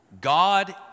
God